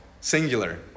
singular